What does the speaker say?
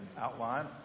outline